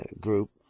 group